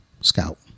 Scout